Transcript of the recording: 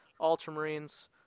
Ultramarines